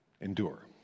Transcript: endure